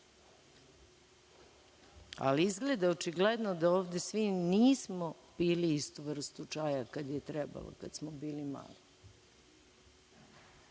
razmišlja. Izgleda očigledno da ovde svi nismo pili istu vrstu čaja kada je trebalo, kada smo bili mali,